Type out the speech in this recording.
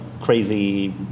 crazy